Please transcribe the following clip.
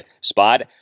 spot